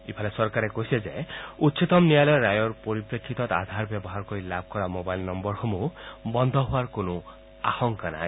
ইফালে চৰকাৰে কৈছে যে উচ্চতম ন্যায়ালয়ৰ ৰায়ৰ পৰিপ্ৰেক্ষিতত আধাৰ ব্যৱহাৰ কৰি লাভ কৰা ম'বাইল নম্বৰসমূহ বন্ধ হোৱাৰ কোণো আশংকা নাই